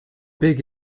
big